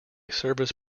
service